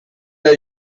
est